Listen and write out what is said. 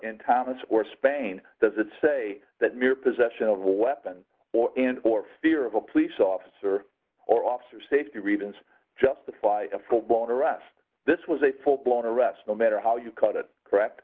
in thomas or spain does it say that mere possession of weapons and or fear of a police officer or officer safety reasons justify a full blown arrest this was a full blown arrest no matter how you cut it correct